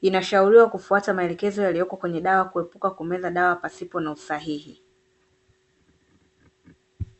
Inashauriwa kufuata maelekezo yaliyoko kwenye dawa kuepuka kumeza dawa pasipo na usahihi.